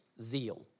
zeal